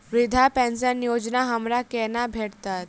वृद्धा पेंशन योजना हमरा केना भेटत?